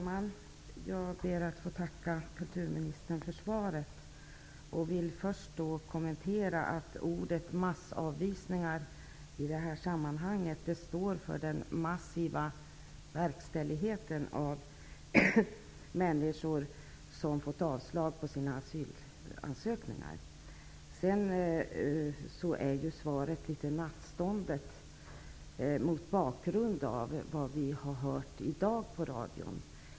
Fru talman! Jag ber att få tacka kulturministern för svaret. Jag vill först kommentera ordet massavvisningar. I det här sammanhanget står det för den massiva verkställigheten när det gäller människor som har fått avslag på sina asylansökningar. Sedan vill jag säga att jag tycker att svaret är litet nattståndet, mot bakgrund av vad vi har hört i dag på radion.